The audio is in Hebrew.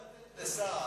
או שאתה יכול לתת לסער,